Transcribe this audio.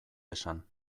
esan